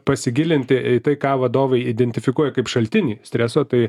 pasigilinti į tai ką vadovai identifikuoja kaip šaltinį streso tai